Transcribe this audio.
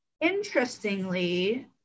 interestingly